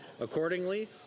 Accordingly